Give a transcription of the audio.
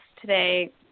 today